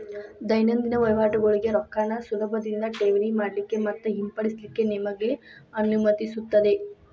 ದೈನಂದಿನ ವಹಿವಾಟಗೋಳಿಗೆ ರೊಕ್ಕಾನ ಸುಲಭದಿಂದಾ ಠೇವಣಿ ಮಾಡಲಿಕ್ಕೆ ಮತ್ತ ಹಿಂಪಡಿಲಿಕ್ಕೆ ನಿಮಗೆ ಅನುಮತಿಸುತ್ತದೆ